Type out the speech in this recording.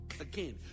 Again